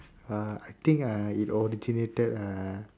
uh I think ah it originated ah